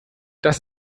das